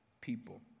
people